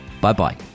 Bye-bye